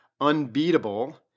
Unbeatable